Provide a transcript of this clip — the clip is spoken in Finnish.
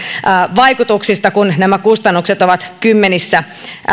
vaikutuksista kun nämä kustannukset ovat kymmenissä